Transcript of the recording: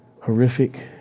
horrific